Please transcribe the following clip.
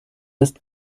ist